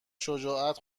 شجاعت